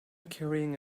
carrying